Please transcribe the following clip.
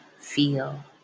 feel